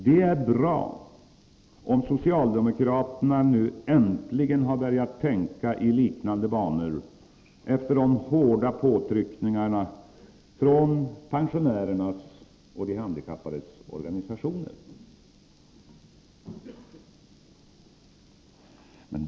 Det är bra om socialdemokraterna nu äntligen har börjat tänka i liknande banor efter de hårda påtryckningarna från pensionärernas och de handikappades organisationer.